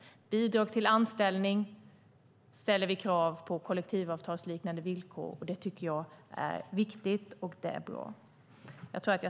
När det gäller bidrag till anställning ställer vi krav på kollektivavtalsliknande villkor. Det tycker jag är viktigt och bra.